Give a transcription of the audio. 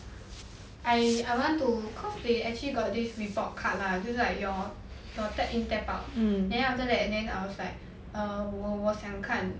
I I want to cause they actually got this report card lah 就是 like your your tap in tap out then after that then I was like err 我想看